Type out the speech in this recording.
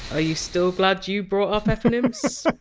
are you still glad you brought up eponyms?